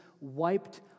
wiped